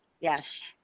Yes